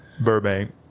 Burbank